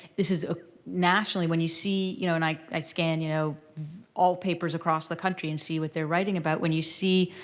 this is nationally. when you see you know and i scan you know papers across the country and see what they're writing about. when you see,